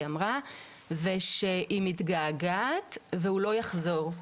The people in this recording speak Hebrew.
שהיא מתגעגעת ושהוא לא יחזור.